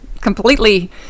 completely